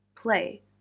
Play